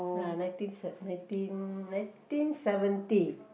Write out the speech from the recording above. uh nineteen se~ nineteen nineteen seventy